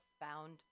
found